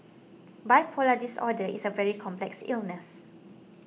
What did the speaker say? bipolar disorder is a very complex illness